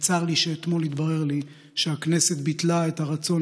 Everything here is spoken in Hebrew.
וצר לי שאתמול התברר לי שהכנסת ביטלה את הרצון